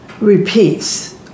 repeats